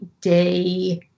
day